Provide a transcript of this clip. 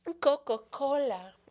Coca-Cola